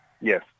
Yes